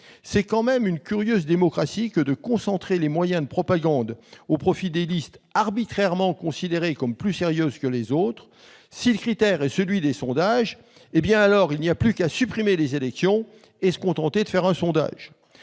C'est quand même une curieuse conception de la démocratie que de concentrer les moyens de propagande au profit de listes arbitrairement considérées comme plus sérieuses que les autres. Si le critère est celui des sondages, il n'y a alors plus qu'à supprimer les élections et se contenter de faire un sondage